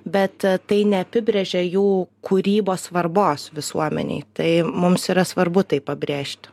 bet tai neapibrėžia jų kūrybos svarbos visuomenei tai mums yra svarbu tai pabrėžti